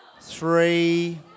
Three